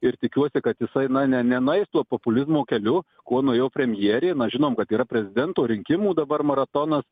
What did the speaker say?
ir tikiuosi kad jisai na ne nenueis tuo populizmo keliu kuo nuėjo premjerė na žinom kad yra prezidento rinkimų dabar maratonas